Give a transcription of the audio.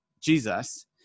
Jesus